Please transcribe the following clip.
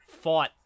fought